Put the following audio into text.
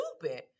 stupid